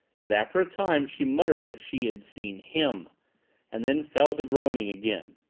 but after a time she muttered that she had seen him and then fell to groaning again.